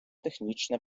технічне